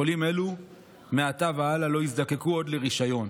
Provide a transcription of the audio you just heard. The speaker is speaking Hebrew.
חולים אלה מעתה והלאה לא יזדקקו עוד לרישיון